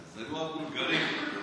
זה הבולגרים.